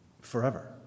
forever